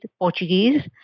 Portuguese